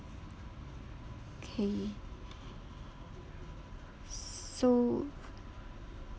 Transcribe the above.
okay so